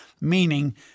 meaning